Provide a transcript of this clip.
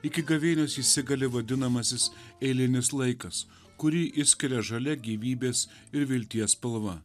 iki gavėnios įsigali vadinamasis eilinis laikas kurį išskiria žalia gyvybės ir vilties spalva